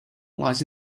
lies